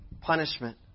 punishment